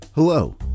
Hello